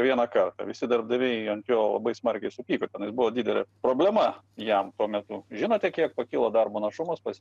vieną kartą visi darbdaviai ant jo labai smarkiai supyko nes buvo didelė problema jam tuo metu žinote kiek pakilo darbo našumas pas